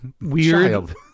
weird